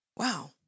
wow